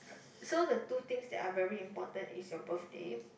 so the two things that are very important is your birthday